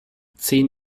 zehn